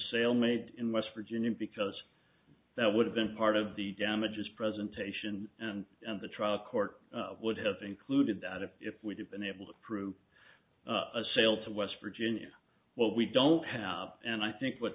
sale made in west virginia because that would have been part of the damages presentation and and the trial court would have included that if if we have been able to prove a sale to west virginia what we don't have and i think what